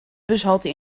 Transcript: bushalte